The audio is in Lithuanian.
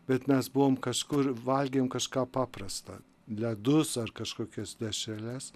bet mes buvom kažkur valgėm kažką paprastą ledus ar kažkokias dešreles